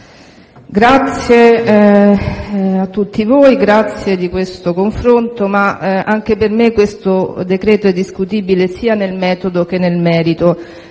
grazie a tutti voi di questo confronto. Anche per me questo decreto-legge è discutibile sia nel metodo che nel merito.